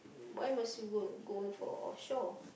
why must you go go for off shore